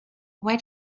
why